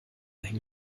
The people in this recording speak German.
hängen